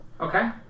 Okay